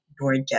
Georgia